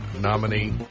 nominee